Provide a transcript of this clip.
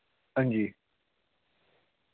हां जी